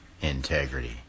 integrity